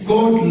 God